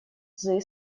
цзы